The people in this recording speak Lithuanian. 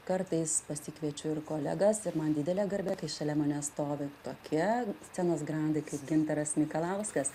kartais pasikviečiu ir kolegas ir man didelė garbė kai šalia manęs stovi tokie scenos grandai kaip gintaras mikalauskas